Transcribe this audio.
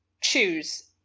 choose